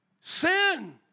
Sin